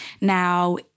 Now